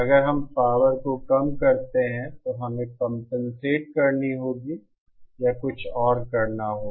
अगर हम पावर को कम करते हैं तो हमें कंपेनसेट करनी होगी या कुछ और करना होगा